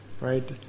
right